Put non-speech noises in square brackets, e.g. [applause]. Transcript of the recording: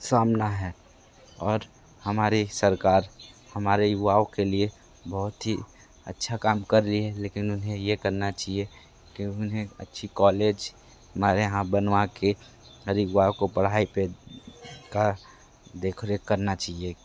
सामना है और हमारे सरकार हमारे युवाओं के लिए बहुत ही अच्छा काम कर रही है लेकिन उन्हें ये करना चाहिए कि उन्हें अच्छा कॉलेज हमारे यहाँ बनवा कर [unintelligible] को पढ़ाई पर का देख रेख चाहिए